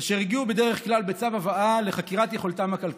אשר הגיעו בדרך כלל בצו הבאה לחקירת יכולתם הכלכלית.